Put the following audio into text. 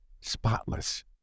spotless